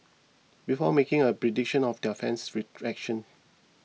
before making a prediction of their fan's rejections